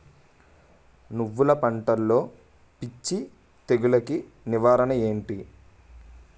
నువ్వులు పంటలో పిచ్చి తెగులకి నివారణ ఏంటి?